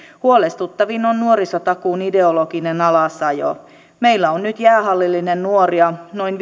huolestuttavin on nuorisotakuun ideologinen alasajo meillä on nyt jäähallillinen nuoria noin